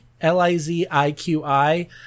L-I-Z-I-Q-I